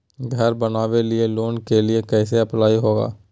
घर बनावे लिय लोन के लिए कैसे अप्लाई होगा?